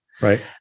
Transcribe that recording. Right